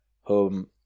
home